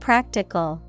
Practical